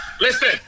Listen